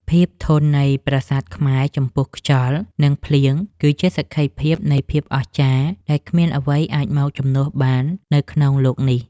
ភាពធន់នៃប្រាសាទខ្មែរចំពោះខ្យល់ និង ភ្លៀងគឺជាសក្ខីភាពនៃភាពអស្ចារ្យដែលគ្មានអ្វីអាចមកជំនួសបាននៅក្នុងលោកនេះ។